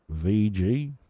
VG